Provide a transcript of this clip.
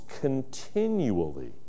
continually